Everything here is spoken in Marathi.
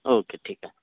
ओके ठीक आहे